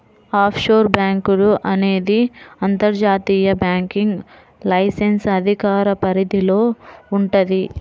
offshore బ్యేంకులు అనేది అంతర్జాతీయ బ్యాంకింగ్ లైసెన్స్ అధికార పరిధిలో వుంటది